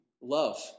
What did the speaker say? love